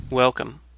Welcome